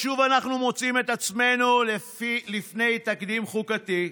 שוב אנחנו מוצאים את עצמנו לפני תקדים חוקתי,